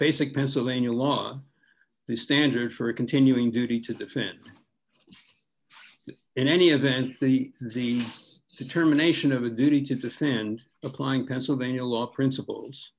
basic pennsylvania law the standard for a continuing duty to defend in any event the the determination of a duty to defend applying pennsylvania law principles